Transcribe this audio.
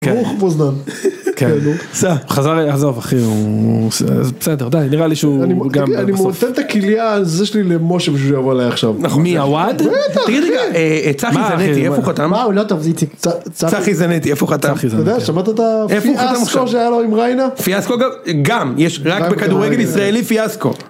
כן, נו, סע. חזרה ל... עזוב אחי, הוא בסדר די נראה לי שהוא גם בסוף. תגיד אני נותן את הכליה שלי הזה שלי למשה בשביל שהוא יבוא אלי עכשיו. מי אווד?.בטח. תגיד רגע, צחי זנתי איפה הוא חתם? מה! הוא לא טוב איציק. צחי זנתי איפה חתם? אתה יודע? שמעת? צחי זנתי איפה הוא חתם עכשיו? שמעת על הפיאסקו שהיה לו עם ריינה? גם יש רק בכדורגל ישראלי פייסקו.